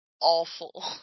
awful